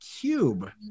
cube